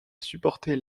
supporter